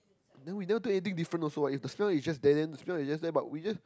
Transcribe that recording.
then we never do anything different also what if the smell is just there then is just there but we just